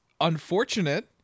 unfortunate